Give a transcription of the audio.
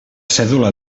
cèdula